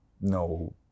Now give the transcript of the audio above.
no